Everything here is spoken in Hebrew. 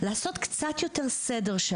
לעשות קצת יותר סדר,